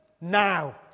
Now